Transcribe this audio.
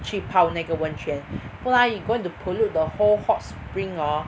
去泡那个温泉不然 you going to pollute the whole hot spring orh